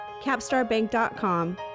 CapstarBank.com